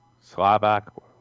Slovak